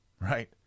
right